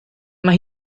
mae